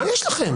מה יש לכם?